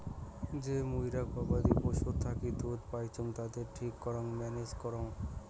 যে মুইরা গবাদি পশুর থাকি দুধ পাইচুঙ তাদের ঠিক করং ম্যানেজ করং